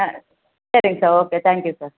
ஆ சரிங்க sir okay thank you sir